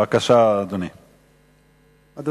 בבקשה, אדוני.